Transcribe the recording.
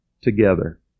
together